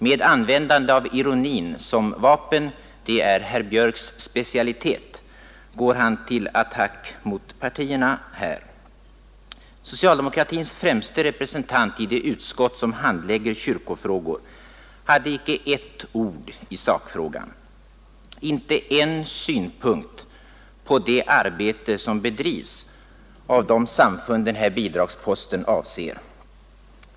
Med användande av ironin som vapen — det är herr Björks specialitet — går han till attack. Socialdemokratins främsta representant i det utskott som handlägger kyrkofrågor hade icke ett ord i sakfrågan, inte en synpunkt på det arbete som bedrives av de samfund denna bidragspost avser.